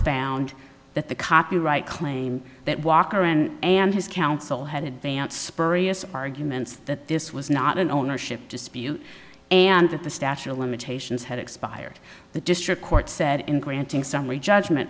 found that the copyright claim that walker and his counsel had advanced spurious arguments that this was not an ownership dispute and that the statute of limitations had expired the district court said in granting summary judgment